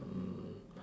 mm